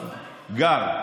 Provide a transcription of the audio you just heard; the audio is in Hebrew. אז גר.